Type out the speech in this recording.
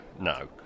no